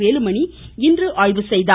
வேலுமணி இன்று ஆய்வு செய்தார்